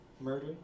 murder